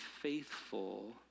faithful